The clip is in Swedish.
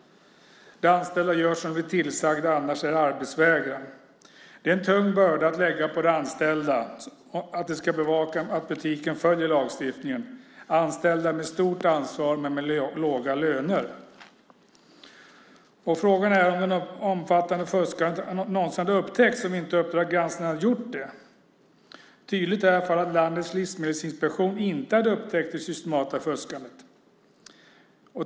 De anställda gör som de blir tillsagda, annars är det arbetsvägran. Att bevaka att butiken följer lagstiftningen är en tung börda att lägga på de anställda som har ett stort ansvar men låga löner. Frågan är om det omfattande fusket någonsin hade upptäckts om inte Uppdrag granskning hade gjort det. Tydligt är i alla fall att landets livsmedelsinspektion inte hade upptäckt det systematiska fuskandet.